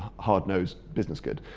hard-nosed business good.